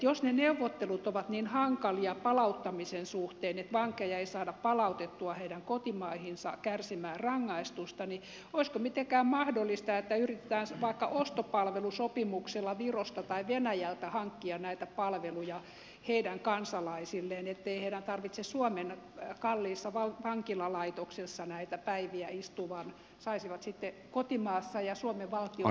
jos ne neuvottelut ovat niin hankalia palauttamisen suhteen että vankeja ei saada palautettua heidän kotimaihinsa kärsimään rangaistusta niin olisiko mitenkään mahdollista että yritettäisiin vaikka ostopalvelusopimuksella virosta tai venäjältä hankkia näitä palveluja heidän kansalaisilleen ettei heidän tarvitse suomen kalliissa vankilalaitoksessa näitä päiviä istua vaan saisivat sitten istua kotimaassa ja suomen valtio hieman tukisi tätä